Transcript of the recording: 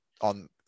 on